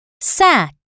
sack